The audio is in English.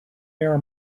air